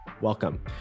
welcome